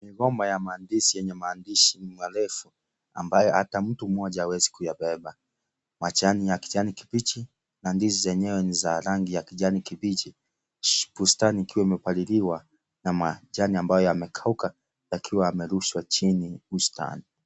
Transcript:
Migomba ya ndizi yenye mandizi marefu ambayo hata mtu mmoja hawezi kuyabeba. Majani ya kijani kibichi, na ndizi zenyewe ni za rangi ya kijani kibichi. Bustani ikiwa imepaliliwa na majani ambayo yamekauka yakiwa yamerushwa chini bustani.